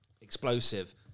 Explosive